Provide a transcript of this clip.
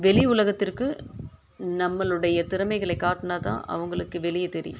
வெளியே உலகத்திற்கு நம்மளுடையை திறமைகளை காட்டினா தான் அவங்களுக்கு வெளியே தெரியும்